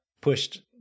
pushed